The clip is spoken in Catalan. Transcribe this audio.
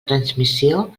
transmissió